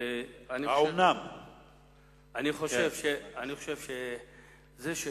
ואני שמח שזה כך.